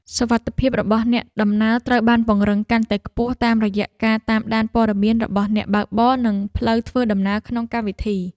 សុវត្ថិភាពរបស់អ្នកដំណើរត្រូវបានពង្រឹងកាន់តែខ្ពស់តាមរយៈការតាមដានព័ត៌មានរបស់អ្នកបើកបរនិងផ្លូវធ្វើដំណើរក្នុងកម្មវិធី។